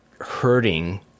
hurting